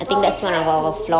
but we're trying to